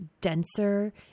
denser